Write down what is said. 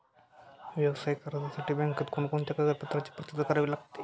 व्यावसायिक कर्जासाठी बँकेत कोणकोणत्या कागदपत्रांची पूर्तता करावी लागते?